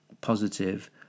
positive